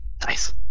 Nice